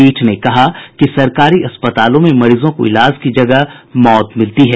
पीठ ने कहा कि सरकारी अस्पतालों में मरीजों को इलाज की जगह मौत मिलती है